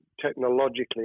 technologically